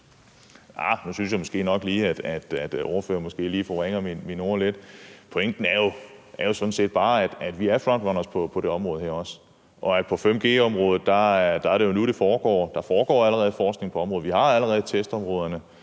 nu synes jeg måske nok lige, at ordføreren fordrejer mine ord lidt. Pointen er jo sådan set bare, at vi også er front runners på det her område, og at det er nu, det foregår på 5G-området. Der foregår allerede forskning på området, vi har allerede testområderne,